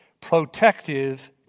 protective